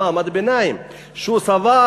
שבת,